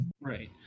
Right